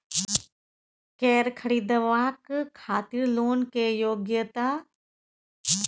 कैर खरीदवाक खातिर लोन के योग्यता?